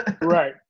Right